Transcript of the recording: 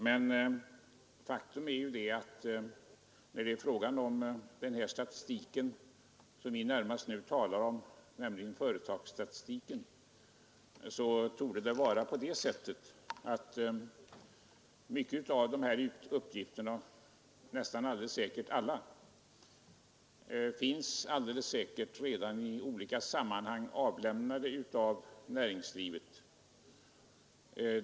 Beträffande den statistik vi nu talar om, företagsstatistiken, torde det vara så att många av dessa uppgifter, troligen alla, redan i olika sammanhang har lämnats av näringslivet.